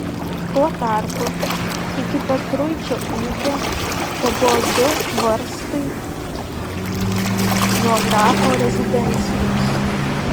tuo tarpu iki petruičio ūkio tebuvo du varstai nuo grafo rezidencijos